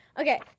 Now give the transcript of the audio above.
Okay